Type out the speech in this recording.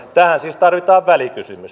tähän siis tarvitaan välikysymys